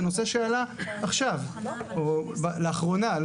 זה נושא שעלה עכשיו או לאחרונה.